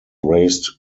raised